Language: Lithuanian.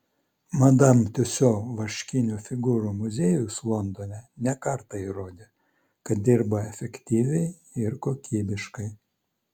madam tiuso vaškinių figūrų muziejus londone ne kartą įrodė kad dirba efektyviai ir kokybiškai